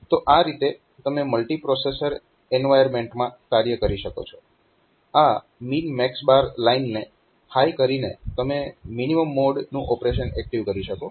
તો આ રીતે તમે મલ્ટીપ્રોસેસર એન્વાયરમેન્ટમાં કાર્ય કરી શકો છો આ MNMX લાઈનને હાય કરીને તમે મિનીમમ મોડનું ઓપરેશન એક્ટીવ કરી શકો છો